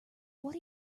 what